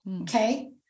Okay